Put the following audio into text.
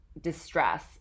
distress